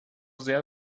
sehr